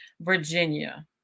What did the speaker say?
Virginia